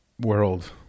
world